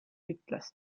ütles